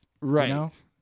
Right